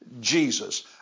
Jesus